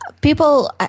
people